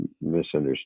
misunderstood